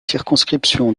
circonscription